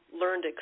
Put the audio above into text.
learned